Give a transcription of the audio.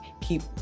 Keep